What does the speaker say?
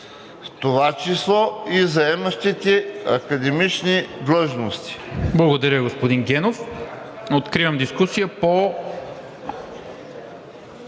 това число заемащите академични длъжности.